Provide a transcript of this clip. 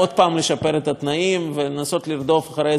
התנאים ולנסות לרדוף אחרי הזנב של עצמנו,